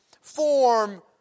form